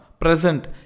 Present